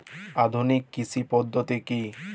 আধুনিক কৃষি পদ্ধতি কী?